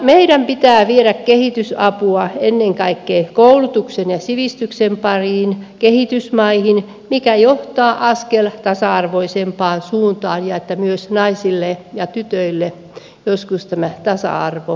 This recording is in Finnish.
meidän pitää viedä kehitysapua ennen kaikkea koulutuksen ja sivistyksen pariin kehitysmaihin mikä johtaa askelen tasa arvoisempaan suuntaan ja siihen että myös naisille ja tytöille joskus tämä tasa arvo kehittyisi